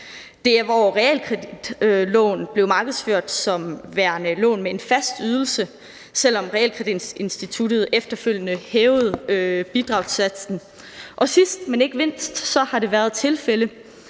hvor realkreditlån blev markedsført som værende lån med en fast ydelse, selv om realkreditinstituttet efterfølgende hævede bidragssatsen. Og sidst, men ikke mindst, har der været et tilfælde